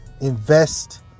Invest